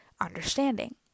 understanding